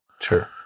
Sure